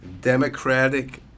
Democratic